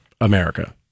America